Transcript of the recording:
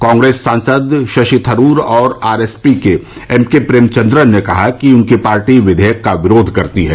कांग्रेस सांसद शशि थरूर और आरएसपी के एमके प्रेम चन्द्रन ने कहा कि उनकी पार्टी विधेयक का विरोध करती है